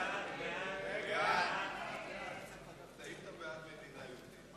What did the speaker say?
ההצעה להעביר את הצעת חוק העונשין (תיקון,